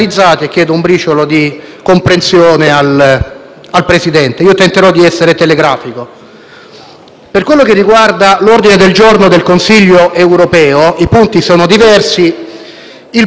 Per quanto riguarda l'ordine del giorno del Consiglio europeo, i punti sono diversi. Il primo concerne l'occupazione, la crescita e la competitività. Presidente Conte, noi le chiediamo di andare in Europa